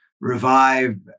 revive